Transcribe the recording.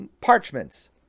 parchments